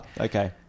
okay